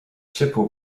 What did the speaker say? ciepło